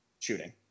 shooting